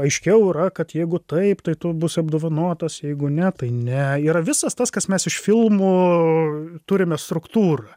aiškiau yra kad jeigu taip tai tu būsi apdovanotas jeigu ne tai ne yra visas tas kas mes iš filmų turime struktūrą